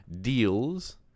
deals